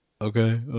okay